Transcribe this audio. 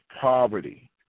poverty